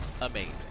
amazing